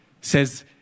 says